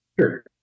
Sure